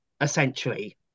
essentially